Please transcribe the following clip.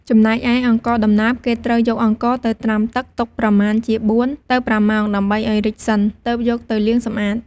ចំណែកឯ «អង្ករដំណើប» គេត្រូវយកអង្ករទៅត្រាំទឹក ទុកប្រមាណជា៤ទៅ ៥ម៉ោង ដើម្បីឱ្យរីកសិន ទើបយកទៅលាងសម្អាត។